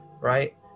right